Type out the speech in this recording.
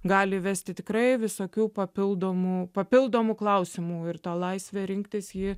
gali vesti tikrai visokių papildomų papildomų klausimų ir ta laisvė rinktis ji